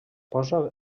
posa